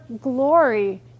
glory